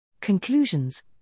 Conclusions